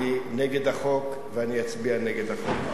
אני נגד החוק, ואני אצביע נגד החוק.